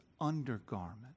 undergarment